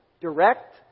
direct